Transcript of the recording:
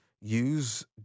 use